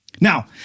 Now